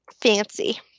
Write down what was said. Fancy